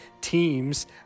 teams